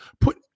Put